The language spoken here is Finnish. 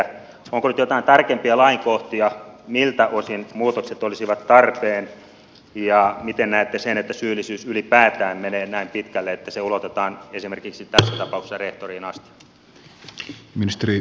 onko nyt jotain tarkempia lainkohtia miltä osin muutokset olisivat tarpeen ja miten näette sen että syyllisyys ylipäätään menee näin pitkälle että se ulotetaan esimerkiksi tässä tapauksessa rehtoriin asti